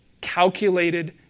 calculated